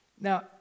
Now